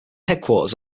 headquarters